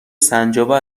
سنجابه